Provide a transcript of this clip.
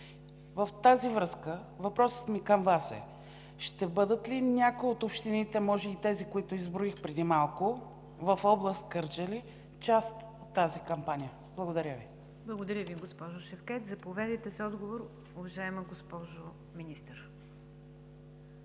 В тази връзка въпросът ми към Вас е: ще бъдат ли някои от общините – може и тези, които изброих преди малко в област Кърджали, част от тази кампания? Благодаря Ви. ПРЕДСЕДАТЕЛ НИГЯР ДЖАФЕР: Благодаря Ви, госпожо Шевкед. Заповядайте за отговор, уважаема госпожо Министър.